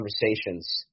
conversations